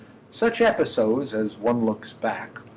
such episodes, as one looks back,